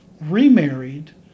remarried